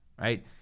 right